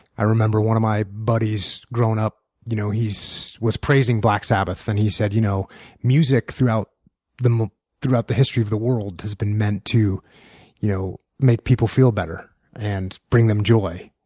i remember one of my buddies, grown up, you know he was praising black sabbath. and he said you know music throughout the throughout the history of the world has been meant to you know make people feel better and bring them joy,